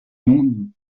noms